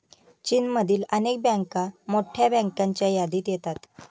चीनमधील अनेक बँका मोठ्या बँकांच्या यादीत येतात